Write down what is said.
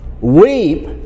weep